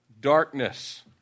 darkness